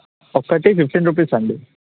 ఒక్కటి fifteen rupees అండి